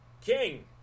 King